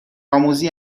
آموزی